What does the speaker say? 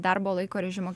darbo laiko režimo